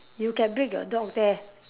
you can bring your dog there